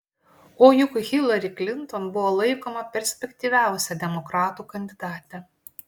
o juk hilari klinton buvo laikoma perspektyviausia demokratų kandidate